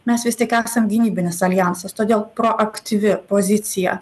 mes vis tiek esam gynybinis aljansas todėl proaktyvi pozicija